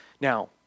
Now